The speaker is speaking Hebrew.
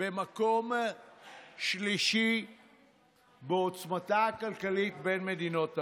במקום שלישי בעוצמתה הכלכלית בין מדינות העולם.